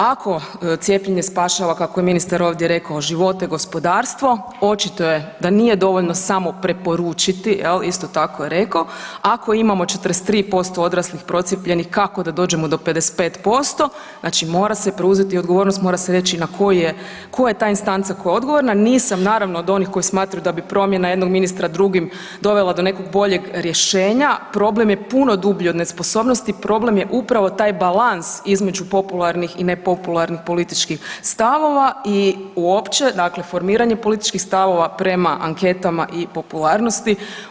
Ako cijepljenje spašava kako je ministar ovdje rekao, živote i gospodarstvo, očito je da nije dovoljno samo preporučiti, jel, isto tako je reko ako imamo 43% odraslih procijepljenih, kako da dođemo do 55%, znači mora se preuzeti odgovornost, mora se reći na koji je, koja je ta instanca koja je odgovorna, nisam naravno od onih koje smatraju da bi promjene jednog ministra drugim dovela do nekog boljeg rješenja, problem je puno dublji od nesposobnosti, problem je upravo taj balans između popularnih i nepopularnih političkih stavova i uopće dakle formiranje političkih stavova prema anketama i popularnosti.